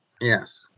Yes